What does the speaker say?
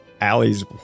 Allie's